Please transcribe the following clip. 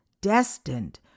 destined